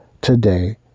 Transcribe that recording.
today